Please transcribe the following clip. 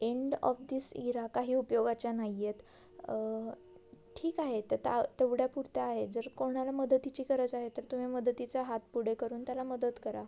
end of this era काही उपयोगाच्या नाही आहेत ठीक आहे तर त्या तेवढ्यापुरत्या आहेत जर कोणाला मदतीची गरज आहे तर तुम्ही मदतीचा हात पुढे करून त्याला मदत करा